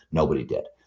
nobody did.